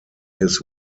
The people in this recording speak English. his